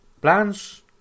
plans